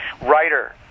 writer